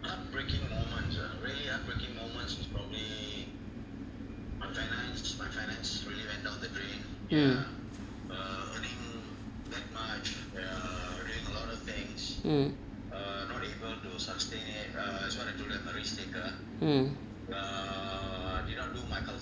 mm mm